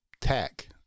tech